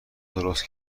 درست